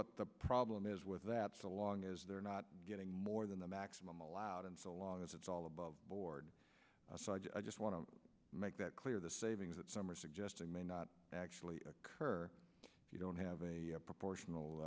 what the problem is with that so long as they're not getting more than the maximum allowed and so long as it's all above board aside i just want to make that clear the savings that some are suggesting may not actually occur if you don't have a proportional